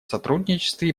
сотрудничестве